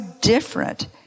different